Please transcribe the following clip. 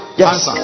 yes